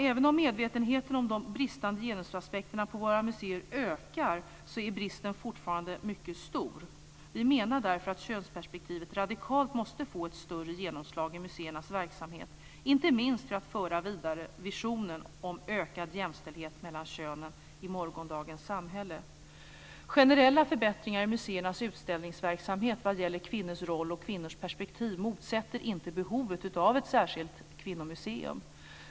Även om medvetenheten om de bristande genusaspekterna på våra museer ökar är bristen fortfarande mycket stor. Vi menar därför att könsperspektivet radikalt måste få ett större genomslag i museernas verksamhet, inte minst för att föra vidare visionen om ökad jämställdhet mellan könen i morgondagens samhälle. Generella förbättringar i museernas utställningsverksamhet vad gäller kvinnors roll och kvinnors perspektiv motsäger inte behovet av ett särskilt kvinnomuseum.